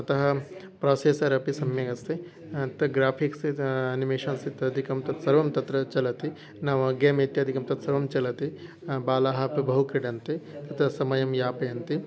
अतः प्रोसेस्सर् अपि सम्यक् अस्ति अत ग्र्याफिक्स् अनिमेशन्स् इत्यादिकं तत् सर्वं तत्र चलति नाम गेम् इत्यादिकं तत् सर्वं चलति बालाः अपि बहु क्रिडन्ति तत्र समयं यापयन्ति